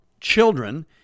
Children